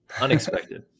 Unexpected